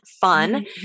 fun